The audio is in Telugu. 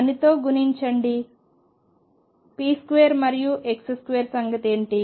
దానితో గుణించండి p2 మరియు x2 సంగతి ఏమిటి